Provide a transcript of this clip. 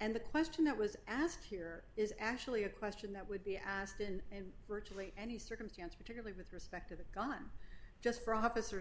and the question that was asked here is actually a question that would be asked in virtually any circumstance particularly with respect to the gun just for officer